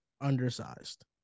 undersized